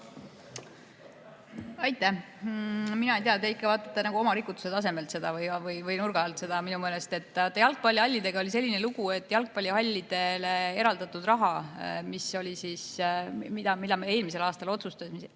Aitäh! Mina ei tea, te ikka vaatate nagu oma rikutuse tasemelt või oma nurga alt seda. Minu meelest jalgpallihallidega oli selline lugu, et jalgpallihallidele eraldatud raha, mille me eelmisel aastal otsustasime